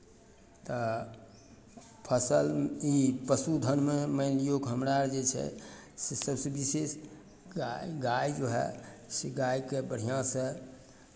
तऽ फसल ई पशुधनमे मानि लियौ कि हमरा जे छै से सभसँ विशेष गाय गाय जो हए से गायकेँ बढ़िआँसँ